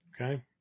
Okay